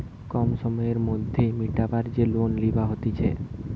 কম সময়ের মধ্যে মিটাবার যে লোন লিবা হতিছে